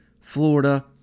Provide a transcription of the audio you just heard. Florida